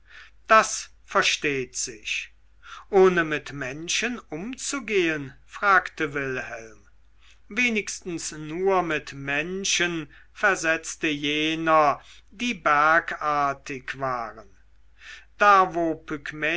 das versteht sich ohne mit menschen umzugehen fragte wilhelm wenigstens nur mit menschen versetzte jener die bergartig waren